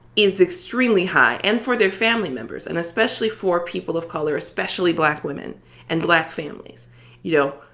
is extremely high and for their family members and especially for people of color, especially black women and black families you know,